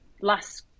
last